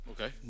Okay